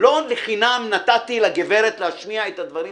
לא לחינם נתתי לגברת להשמיע את הדברים